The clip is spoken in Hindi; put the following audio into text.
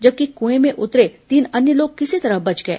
जबकि कुएं में उतरे तीन अन्य लोग किसी तरह बच गए